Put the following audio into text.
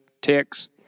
ticks